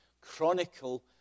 chronicle